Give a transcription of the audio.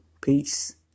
Peace